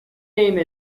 name